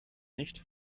nicht